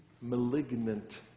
Malignant